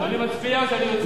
אני מצביע שאני רוצה,